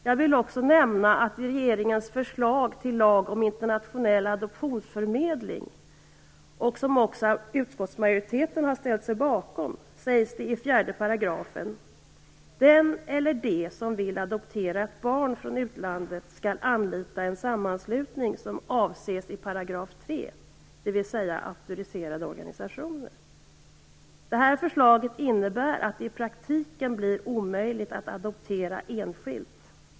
Jag vill också nämna att det i regeringens förslag om internationell adoptionsförmedling, som också utskottsmajoriteten har ställt sig bakom, sägs i 4 §: "Den eller de som vill adoptera ett barn från utlandet skall anlita en sammanslutning som avses i 3 §."- dvs. auktoriserade organisationer. Detta förslag innebär att det i praktiken blir omöjligt att adoptera enskilt.